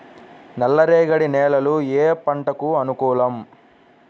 నల్ల రేగడి నేలలు ఏ పంటకు అనుకూలం?